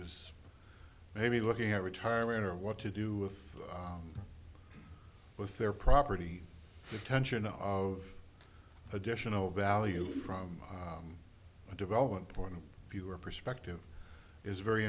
is maybe looking at retirement or what to do with with their property the tension of additional value from a development point of view or perspective is very